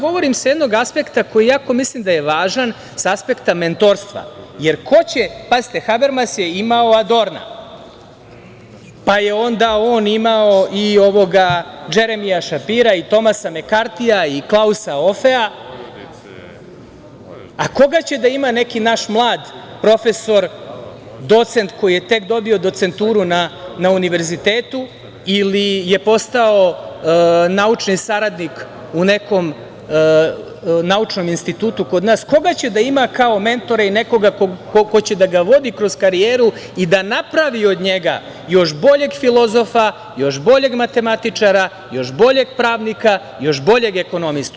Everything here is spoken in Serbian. Govorim vam sa jednog aspekta koji jako mislim da je važan, sa aspekta mentorstva jer Habermas je imao Adorna, pa je onda on imao Džeremija Šapira i Tomasa Mekartija i Klausa Ofea, a koga će da ima neki naš mlad profesor, docent koji je tek dobio docenturu na univerzitetu ili je postao naučni saradnik u nekom naučnom institutu kod nas, koga će da ima kao mentora i nekoga ko će da ga vodi kroz karijeru i da napravi od njega još boljeg filozofa, još boljeg matematičara, još boljeg pravnika, još boljeg ekonomistu?